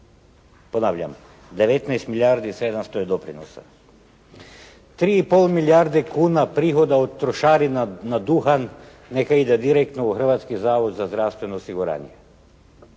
Ponavljam, 19 milijardi 700 je doprinosa. 3 i pol milijarde kuna prihoda od trošarina na duhan neka ide direktno u Hrvatski zavod za zdravstveno osiguranje.